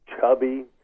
chubby